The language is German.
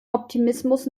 optimismus